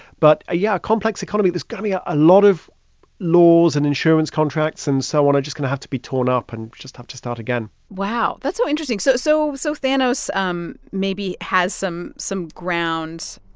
but yeah, a complex economy there's going to be ah a lot of laws and insurance contracts and so on are just going to have to be torn up and just have to start again wow. wow. that's so interesting. so so so thanos um maybe has some some grounds,